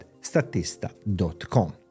Statista.com